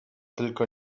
tylko